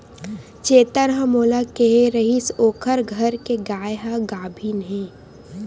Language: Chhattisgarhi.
चेतन ह मोला केहे रिहिस ओखर घर के गाय ह गाभिन हे